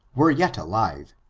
were yet alive,